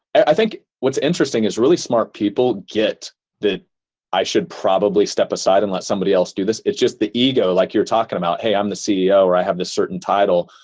i think what's interesting is really smart people get the i should probably step aside and let somebody else do this. it's just the ego, like you're talking about, hey, i'm the ceo. i have this certain title.